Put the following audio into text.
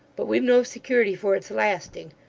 but we've no security for its lasting.